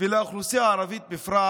ולאוכלוסייה הערבית בפרט